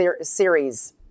series